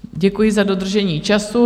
Děkuji za dodržení času.